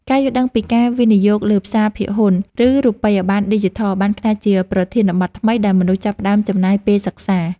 ការយល់ដឹងពីការវិនិយោគលើផ្សារភាគហ៊ុន ឬរូបិយបណ្ណឌីជីថលបានក្លាយជាប្រធានបទថ្មីដែលមនុស្សចាប់ផ្ដើមចំណាយពេលសិក្សា។